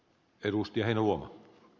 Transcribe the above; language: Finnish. arvoisa puhemies